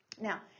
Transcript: Now